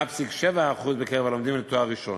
וב-8.7% בקרב הלומדים לתואר ראשון.